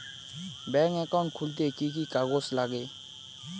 Bank account খুলতে কি কি কাগজ লাগে?